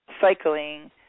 cycling